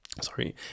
sorry